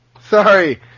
Sorry